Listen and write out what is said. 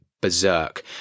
berserk